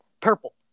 purple